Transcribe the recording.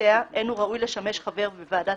נסיבותיה אין הוא ראוי לשמש חבר בוועדת